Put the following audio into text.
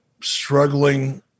struggling